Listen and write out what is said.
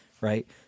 right